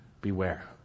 beware